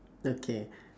okay